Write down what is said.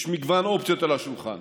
יש מגוון אופציות על השולחן,